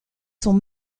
sont